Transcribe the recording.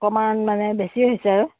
অণনমান মানে বেছি হৈছে আৰু